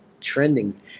trending